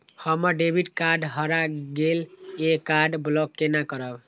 हमर debit card हरा गेल ये कार्ड ब्लॉक केना करब?